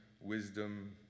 wisdom